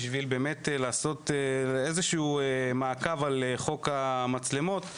בשביל לעשות איזה מעקב על חוק המצלמות.